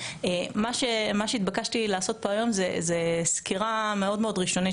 מה שהתבקשתי לעשות פה היום זו סקירה מאוד מאוד ראשונית,